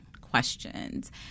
questions